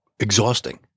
exhausting